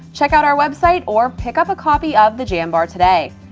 check out our website or pick up a copy of the jambar today.